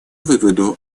выводу